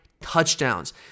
touchdowns